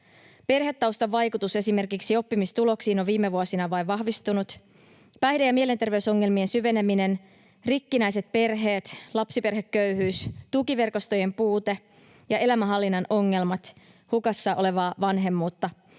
perhetaustan vaikutus esimerkiksi oppimistuloksiin on viime vuosina vain vahvistunut, päihde- ja mielenterveysongelmien syveneminen, rikkinäiset perheet, lapsiperheköyhyys, tukiverkostojen puute ja elämänhallinnan ongelmat, hukassa olevaa vanhemmuutta.